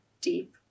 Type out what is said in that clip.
deep